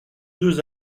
deux